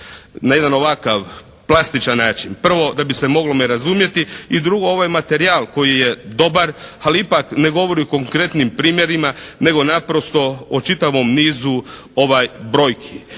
na jedan ovakav plastičan način? Prvo da bi se moglo me razumijeti i drugo ovo je materijal koji je dobar, ali ipak ne govori o konkretnim primjerima nego naprosto o čitavom nizu brojku.